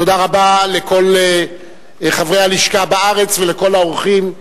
תודה רבה לכל חברי הלשכה בארץ ולכל האורחים.